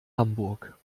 hamburg